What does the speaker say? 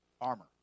armor